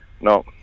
no